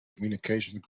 communications